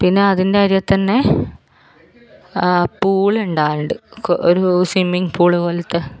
പിന്നെ അതിൻ്റെ അരികെ തന്നെ പൂള് ഉണ്ടാകലൂണ്ട് ഒരു സ്വിമ്മിങ് പൂള് പോലത്തെ